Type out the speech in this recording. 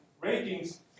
ratings